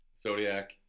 zodiac